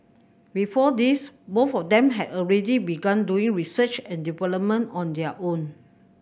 before this both of them had already begun doing research and on their own